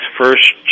first